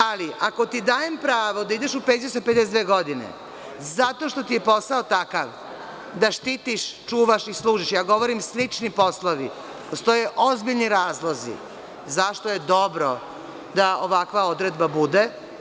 Ali, ako ti dajem pravo da ideš u penziju sa 52 godine zato što ti je posao takav, da štitiš, čuvaš i služiš, ja govorim slični poslovi, postoje ozbiljni razlozi zašto je dobro da ovakva odredba bude.